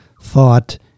thought